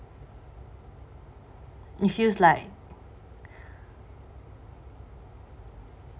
it feels like